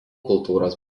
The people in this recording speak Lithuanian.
kultūros